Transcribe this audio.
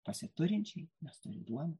pasiturinčiai nes turi duonos